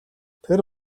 тэр